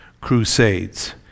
Crusades